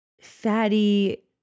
fatty